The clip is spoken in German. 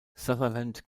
sutherland